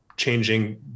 changing